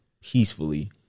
peacefully